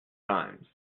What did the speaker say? times